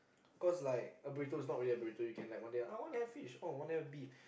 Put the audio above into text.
cause like a burrito is not really a burrito you can like one day I wanna have fish oh wanna have beef